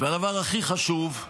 והדבר הכי חשוב,